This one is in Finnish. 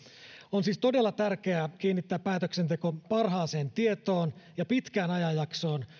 on siis todella tärkeää kiinnittää päätöksenteko parhaaseen tietoon ja pitkään ajanjaksoon